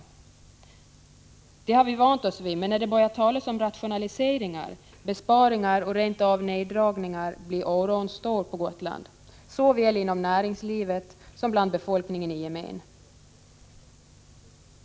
Detta har vi vant oss vid, men när man börjar tala om rationaliseringar, besparingar och rent av neddragningar blir oron stor på Gotland, såväl inom näringslivet som bland befolkningen i gemen.